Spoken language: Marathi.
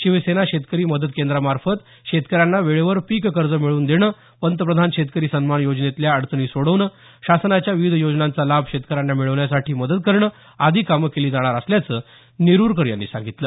शिवसेना शेतकरी मदत केंद्रामार्फत शेतकऱ्यांना वेळेवर पीक कर्ज मिळवून देणं पंतप्रधान शेतकरी सन्मान योजनेतल्या अडचणी सोडवणं शासनाच्या विविध योजनांचा लाभ शेतकऱ्यांना मिळण्यासाठी मदत करणं आदी कामं केली जाणार असल्याचं नेरुरकर यांनी सांगितलं